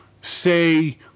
say